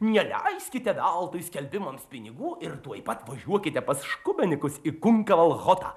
neleiskite veltui skelbimams pinigų ir tuoj pat važiuokite pas škubanėkus į kunkalalchotą